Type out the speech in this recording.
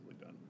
done